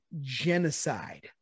genocide